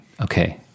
okay